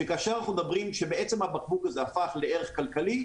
כאשר אנחנו מדברים על כך שבעצם הבקבוק הזה הפך לערך כלכלי,